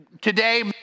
today